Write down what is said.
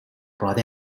brought